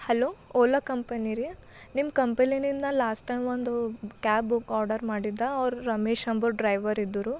hello Ola company ರೀ ನಿಮ್ಮ ಕಂಪಲಿನಿಂದ ಲಾಸ್ಟ್ ಟೈಮ್ ಒಂದು ಕ್ಯಾಬ್ ಬುಕ್ ಆರ್ಡರ್ ಮಾಡಿದ್ದ ಅವ್ರು ರಮೇಶ್ ಅಂಬೋರು ಡ್ರೈವರಿದ್ದುರು